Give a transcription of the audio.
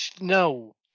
No